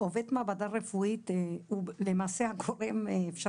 עובד מעבדה רפואית הוא למעשה הגורם אפשר